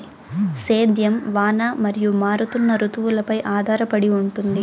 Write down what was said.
సేద్యం వాన మరియు మారుతున్న రుతువులపై ఆధారపడి ఉంటుంది